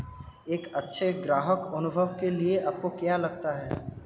एक अच्छे ग्राहक अनुभव के लिए आपको क्या लगता है?